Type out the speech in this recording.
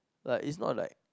like it's not like